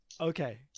Okay